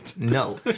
no